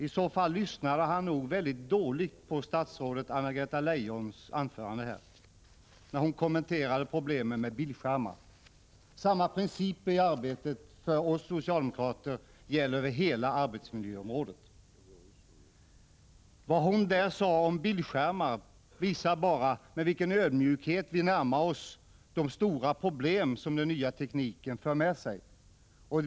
Han lyssnade nog väldigt dåligt på statsrådet Anna-Greta Leijons anförande, där hon kommenterade problemen med bildskärmar. För oss socialdemokrater gäller samma princip över hela arbetsmiljöområdet. Vad statsrådet sade om bildskärmar visar bara med vilken ödmjukhet vi närmar oss de stora problem som den nya tekniken för med sig.